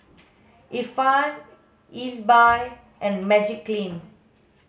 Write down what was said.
Ifan Ezbuy and Magiclean